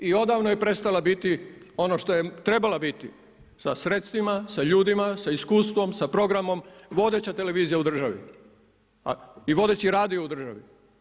I odavno je prestala biti ono što je trebala biti sa sredstvima, sa ljudima, sa iskustvom, sa programom vodeća televizija u državi i vodeći radio u državi.